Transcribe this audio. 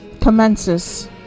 commences